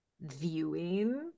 viewing